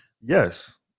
Yes